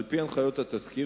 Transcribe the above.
על-פי הנחיות התסקיר,